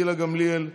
גילה גמליאל,